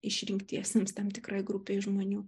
išrinktiesiems tam tikrai grupei žmonių